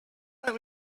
let